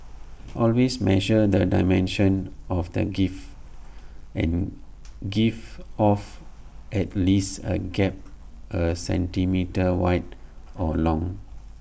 always measure the dimensions of the gift and give off at least A gap A centimetre wide or long